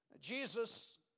Jesus